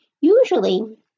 Usually